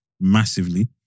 massively